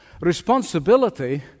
Responsibility